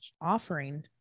offering